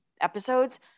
episodes